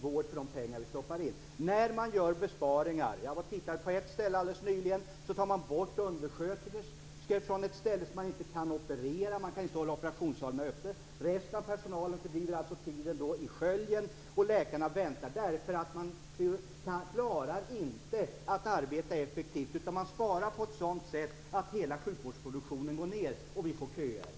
vård för de pengar vi stoppar in. Jag har nyligen tittat på ett ställe där man gör besparingar genom att ta bort undersköterskor, vilket innebär att man inte kan operera. Man kan inte hålla operationssalarna öppna. Resten av personalen fördriver då tiden i sköljen, och läkarna väntar. Man klarar inte att arbeta effektivt, utan man sparar på ett sådant sätt att hela sjukvårdsproduktionen går ned och vi får köer.